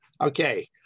Okay